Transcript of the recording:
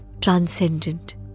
transcendent